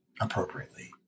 appropriately